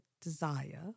desire